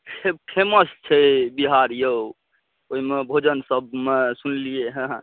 famous छै बिहार यौ ओहिमे भोजन सबमे सुनलियै हँ